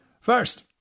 First